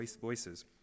voices